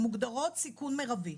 מוגדרות סיכון מרבי.